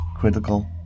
critical